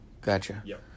Gotcha